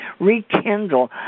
Rekindle